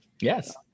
Yes